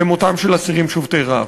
למותם של אסירים שובתי רעב.